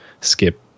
skip